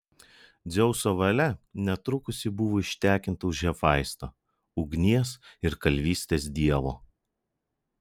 dzeuso valia netrukus ji buvo ištekinta už hefaisto ugnies ir kalvystės dievo